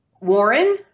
Warren